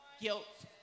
guilt